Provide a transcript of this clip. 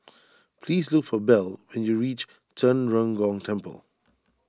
please look for Bell when you reach Zhen Ren Gong Temple